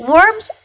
Worms